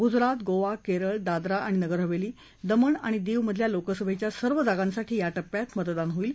गुजरात गोवा केरळ दादरा आणि नगरहवेली दमन आणि दीवमधल्या लोकसभेच्या सर्व जागांसाठी या टप्प्यात मतदान होईल